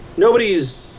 Nobody's